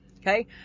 Okay